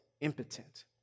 impotent